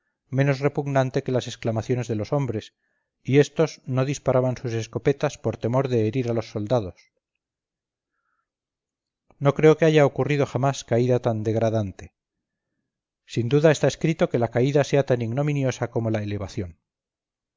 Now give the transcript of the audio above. menos repugnante que las exclamaciones de los hombres y estos no disparaban sus escopetas por temor de herir a los soldados no creo que haya ocurrido jamás caída tan degradante sin duda está escrito que la caída sea tan ignominiosa como la elevación